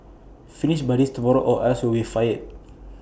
finish this by tomorrow or else you'll be fired